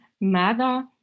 mother